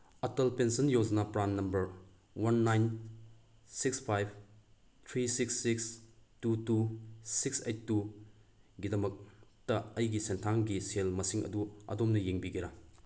Atal pension ꯌꯣꯖꯅꯥ PRAN number one nine six five three six six two two six eight two ꯒꯤꯗꯃꯛꯇ ꯑꯩꯒꯤ ꯁꯦꯟꯊꯥꯡꯒꯤ ꯁꯦꯜ ꯃꯁꯤꯡ ꯑꯗꯨ ꯑꯗꯣꯝꯅ ꯌꯦꯡꯕꯤꯒꯦꯔꯥ